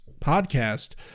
podcast